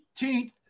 18th